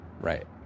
Right